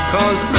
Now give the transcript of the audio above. Cause